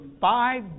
five